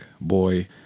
boy